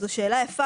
זו שאלה יפה.